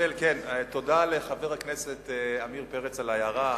תודה לחבר הכנסת עמיר פרץ על ההערה.